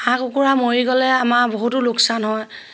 হাঁহ কুকুৰা মৰি গ'লে আমাৰ বহুতো লোকচান হয়